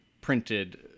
printed